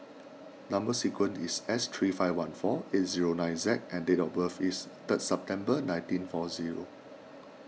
Number Sequence is S three five one four eight zero nine Z and date of birth is third September nineteen four zero